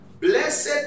Blessed